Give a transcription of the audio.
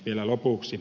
vielä lopuksi